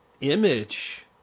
image